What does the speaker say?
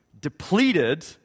depleted